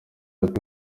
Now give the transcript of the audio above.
ati